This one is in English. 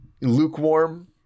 lukewarm